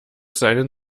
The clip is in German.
seinen